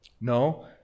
no